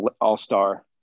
all-star